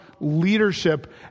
leadership